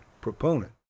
proponent